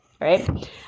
right